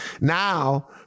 Now